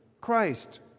Christ